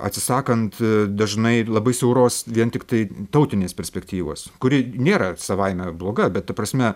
atsisakant dažnai labai siauros vien tiktai tautinės perspektyvos kuri nėra savaime bloga bet ta prasme